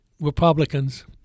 Republicans